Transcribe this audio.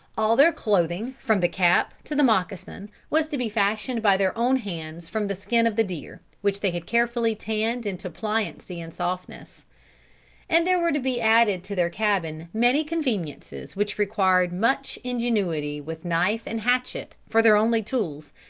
all their clothing, from the cap to the moccasin, was to be fashioned by their own hands from the skin of the deer, which they had carefully tanned into pliancy and softness and there were to be added to their cabin many conveniences which required much ingenuity with knife and hatchet for their only tools,